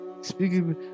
speaking